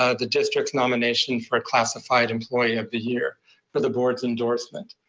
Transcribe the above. ah the district's nomination for classified employee of the year for the board's endorsement.